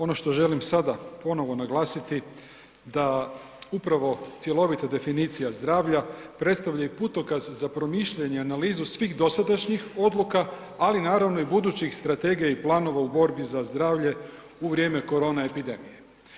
Ono što želim sada ponovo naglasiti da upravo cjelovita definicija zdravlja predstavlja i putokaz za promišljanje i analizu svih dosadašnjih odluka, ali naravno i budućih strategija i planova u borbi za zdravlje u vrijeme korona epidemije.